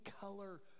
color